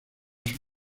sus